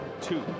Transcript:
Two